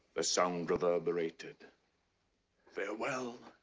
the sound reverberated farewell.